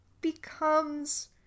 becomes